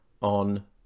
on